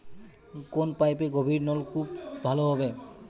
কোন পাইপে গভিরনলকুপ ভালো হবে?